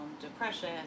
depression